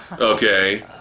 Okay